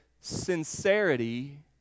Sincerity